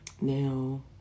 Now